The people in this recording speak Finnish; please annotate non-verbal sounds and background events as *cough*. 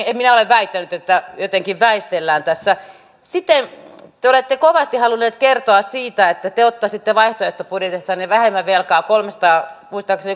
*unintelligible* en minä ole väittänyt että jotenkin väistelemme tässä sitten te olette kovasti halunneet kertoa siitä että te ottaisitte vaihtoehtobudjetissanne vähemmän velkaa muistaakseni *unintelligible*